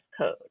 code